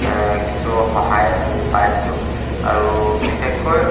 কিছু সহায় আমি পাইছোঁ আৰু বিশেষকৈ